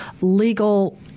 legal